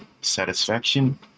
satisfaction